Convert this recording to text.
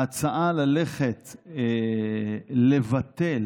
ההצעה ללכת לבטל